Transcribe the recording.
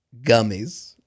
gummies